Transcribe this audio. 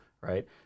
right